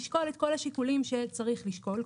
תשקול את כל השיקולים שצריך לשקול,